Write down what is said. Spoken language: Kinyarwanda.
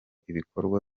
ibikorwa